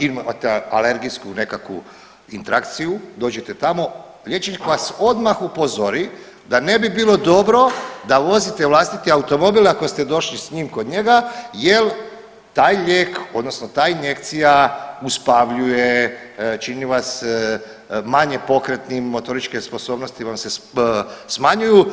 imate alergijsku nekakvu intrakciju, dođete tamo, liječnik vas odmah upozori da ne bi bilo dobro da vozite vlastiti automobil ako ste došli s njim kod njega jel taj lijek odnosno ta injekcija uspavljuje, čini vas manje pokretnim, motorističke sposobnosti vam se smanjuju.